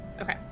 Okay